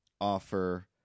offer